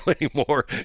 anymore